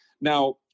Now